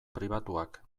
pribatuak